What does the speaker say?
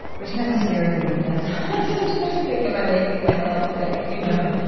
which kind of scared me because i so i sometimes think am i making myself sick, you know?